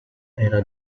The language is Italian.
era